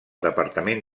departament